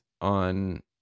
on